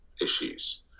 issues